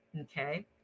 Okay